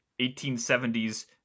1870s